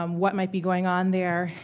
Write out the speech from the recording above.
um what might be going on there.